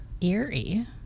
eerie